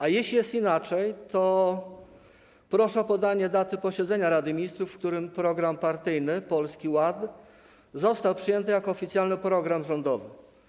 A jeśli jest inaczej, to proszę o podanie daty posiedzenia Rady Ministrów, na którym program partyjny Polski Ład został przyjęty jako oficjalny program rządowy.